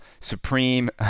Supreme